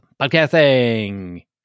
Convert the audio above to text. Podcasting